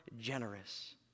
generous